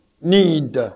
need